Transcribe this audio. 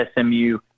SMU